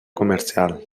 comercial